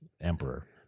emperor